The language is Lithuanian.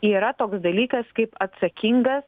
yra toks dalykas kaip atsakinga